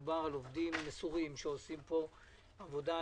מדובר בעובדים מסורים שעושים פה עבודה.